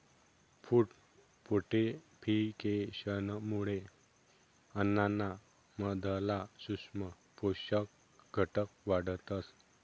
food फोर्टिफिकेशनमुये अन्नाना मधला सूक्ष्म पोषक घटक वाढतस